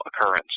occurrence